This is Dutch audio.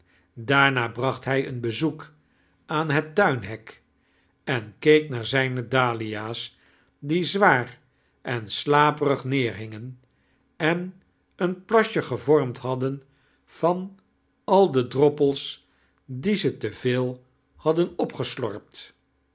daarna braoht hij een bezoek aan bet tuinhek en keek naar zijne dahlia's die zwaar en slaperig neerhingen e n een plasje gievormd haddein va n al de droppels die ze te veel hadden opgeslorpt